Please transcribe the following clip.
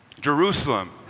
Jerusalem